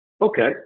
Okay